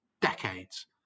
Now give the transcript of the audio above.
decades